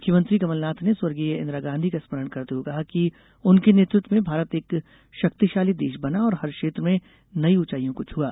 मुख्यमंत्री कमलनाथ ने स्वर्गीय इंदिरा गांधी का स्मरण करते हुए कहा कि उनके नेतृत्व में भारत एक शक्तिशाली देश बना और हर क्षेत्र में नई ऊंचाईयों को छुआ